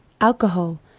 alcohol